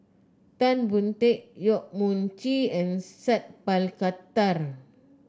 Tan Boon Teik Yong Mun Chee and Sat Pal Khattar